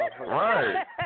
right